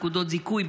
נקודות זיכוי,